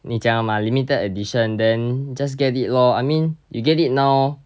你讲 mah limited edition then just get it lor I mean you get it now